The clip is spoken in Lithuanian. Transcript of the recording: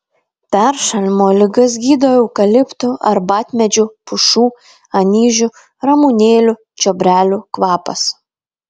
peršalimo ligas gydo eukaliptų arbatmedžių pušų anyžių ramunėlių čiobrelių kvapas